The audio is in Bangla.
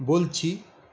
বলছি